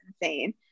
insane